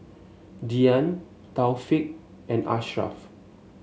Dian Taufik and Ashraf